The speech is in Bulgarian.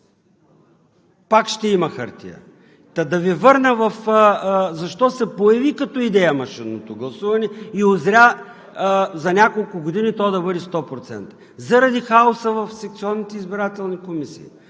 пак ще има хартия. Та, да Ви върна защо се появи като идея машинното гласуване и за няколко години узря да бъде 100% – заради хаоса в секционните избирателни комисии,